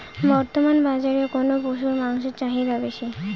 বর্তমান বাজারে কোন পশুর মাংসের চাহিদা বেশি?